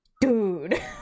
dude